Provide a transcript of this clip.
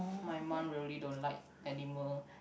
my mum really don't like animal